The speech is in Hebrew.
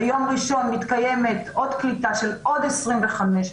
ביום ראשון מתקיימת עוד קליטה של עוד 25,